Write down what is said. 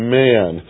man